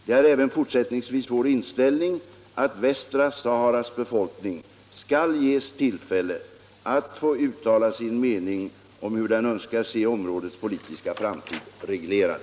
Det är även fortsättningsvis vår inställning att västra Saharas befolkning skall ges tillfälle att uttala sig om hur den önskar se områdets politiska framtid reglerad.